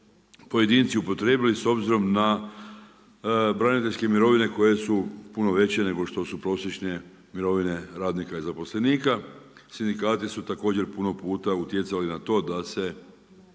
pojedinci upotrijebili s obzirom na braniteljske mirovine koje su puno veće nego što su prosječne mirovine radnika i zaposlenika. Sindikati su također puno puta utjecali na to da se